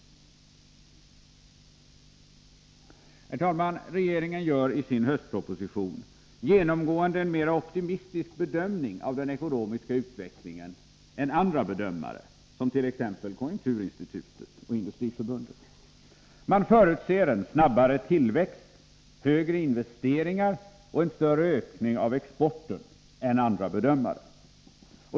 Herr talman! Regeringen gör i sin höstproposition genomgående en mera optimistisk bedömning av den ekonomiska utvecklingen än andra bedömare, som t.ex. konjunkturinstitutet och Industriförbundet. Den förutser en snabbare tillväxt, högre investeringar och en större ökning av exporten än andra bedömare.